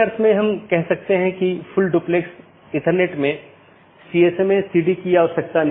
एक यह है कि कितने डोमेन को कूदने की आवश्यकता है